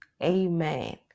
Amen